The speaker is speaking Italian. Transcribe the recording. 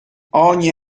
ogni